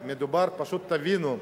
תבינו,